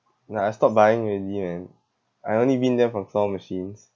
nah I stopped buying already man I only been there for claw machines